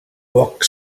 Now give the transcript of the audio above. book